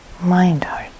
mind-heart